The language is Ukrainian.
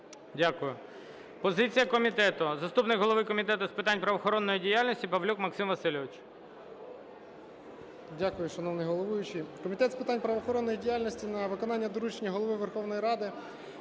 Дякую. Позиція комітету. Заступник голови Комітету з питань правоохоронної діяльності Павлюк Максим Васильович. 11:55:43 ПАВЛЮК М.В. Дякую, шановний головуючий. Комітет з питань правоохоронної діяльності на виконання доручення Голови Верховної Ради